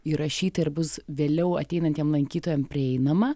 įrašyta ir bus vėliau ateinantiem lankytojam prieinama